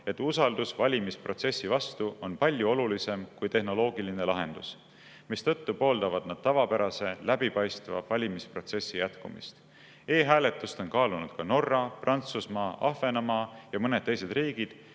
et "usaldus valimisprotsessi vastu on palju olulisem kui tehnoloogiline lahendus", mistõttu pooldavad nad tavapärase läbipaistva valimisprotsessi jätkumist. E-hääletust on kaalunud ka Norra, Prantsusmaa, Ahvenamaa ja mõned teised riigid,